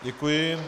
Děkuji.